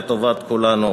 לטובת כולנו,